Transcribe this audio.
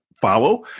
follow